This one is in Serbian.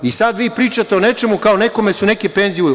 I sada vi pričate o nečemu, kao nekome su neke penzije uzete.